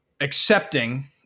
accepting